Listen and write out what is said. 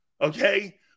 Okay